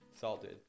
salted